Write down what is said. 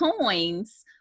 coins